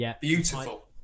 Beautiful